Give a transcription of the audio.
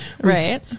Right